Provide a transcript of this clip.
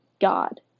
God